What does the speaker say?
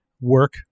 work